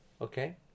Okay